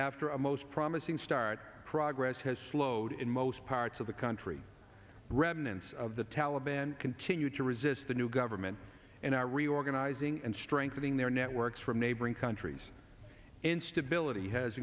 after a most promising start progress has slowed in most parts of the country remnants of the taliban continue to resist the new government and are reorganizing and strengthening their networks from neighboring countries instability has